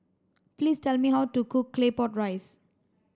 please tell me how to cook Claypot Rice